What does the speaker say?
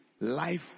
life